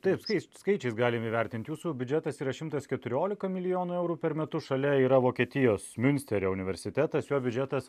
taip skai skaičiais galim įvertint jūsų biudžetas yra šimtas keturiolika milijonų eurų per metus šalia yra vokietijos miunsterio universitetas jo biudžetas